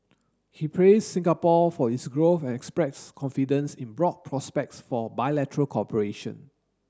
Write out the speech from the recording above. he praised Singapore for its growth and expressed confidence in broad prospects for bilateral cooperation